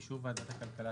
באישור ועדת הכלכלה,